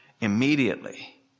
immediately